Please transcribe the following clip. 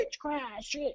crash